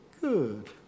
good